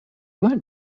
went